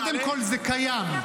קודם כול, זה קיים.